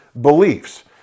beliefs